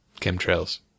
chemtrails